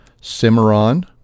Cimarron